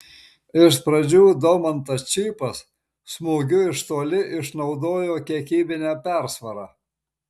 iš pradžių domantas čypas smūgiu iš toli išnaudojo kiekybinę persvarą